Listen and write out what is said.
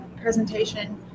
presentation